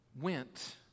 went